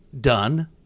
done